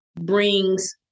brings